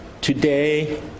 Today